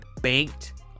banked